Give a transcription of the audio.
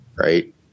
right